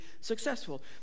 successful